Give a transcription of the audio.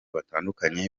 batandukanye